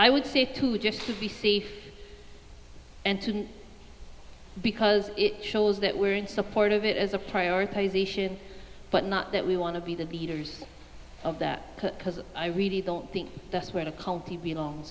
i would say to just be safe and to because it shows that we're in support of it as a prioritization but not that we want to be the leaders of that because i really don't think that's where the county belong